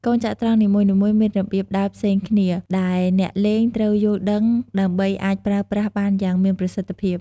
កូនចត្រង្គនីមួយៗមានរបៀបដើរផ្សេងគ្នា ដែលអ្នកលេងត្រូវយល់ដឹងដើម្បីអាចប្រើប្រាស់បានយ៉ាងមានប្រសិទ្ធភាព។